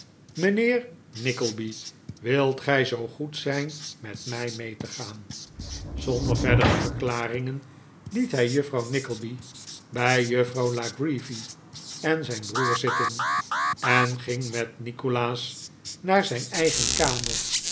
mijnheer nickleby wilt gij zoo goed zijn met mij mee te gaan zonder verdere verklaring liet hij juffrouw nickleby bij juffrouw la creevy en zijn broer zitten en ging met nikolaas naar zijn eigen kamer